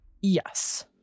yes